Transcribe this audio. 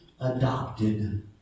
adopted